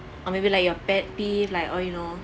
or maybe like your pet peed like or you know